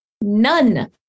None